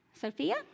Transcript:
Sophia